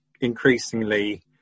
increasingly